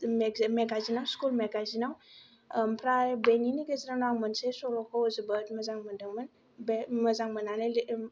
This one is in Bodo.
मेगाजिनाव स्कुल मेगाजिनाव ओमफ्राय बेनिनो गेजेराव आङो मोनसे सल'खौ जोबोद मोजां मोन्दोंमोन बे मोजां मोननानै